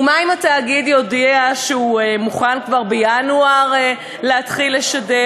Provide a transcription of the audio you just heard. ומה אם התאגיד יודיע שהוא מוכן כבר בינואר להתחיל לשדר?